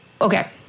okay